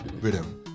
rhythm